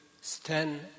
stand